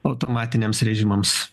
automatiniams režimams